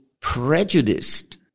prejudiced